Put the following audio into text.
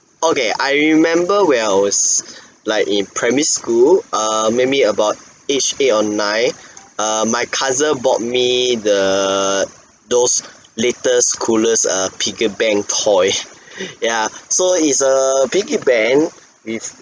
okay I remember when I was like in primary school err maybe about age eight or nine err my cousin bought me the those latest coolest err piggy bank toy yeah so it's a piggy bank with